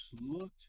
looked